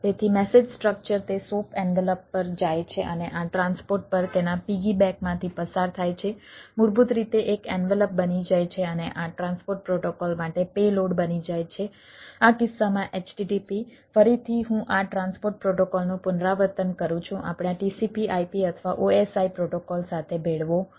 તેથી message structure બની જાય છે આ કિસ્સામાં http ફરીથી હું આ ટ્રાન્સપોર્ટ પ્રોટોકોલનું પુનરાવર્તન કરું છું આપણા TCPIP અથવા OSI પ્રોટોકોલ સાથે ભેળવો નહીં